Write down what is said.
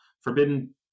Forbidden